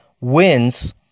wins